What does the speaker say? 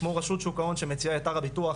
כמו רשות שוק ההון שמציע את הר הביטוח,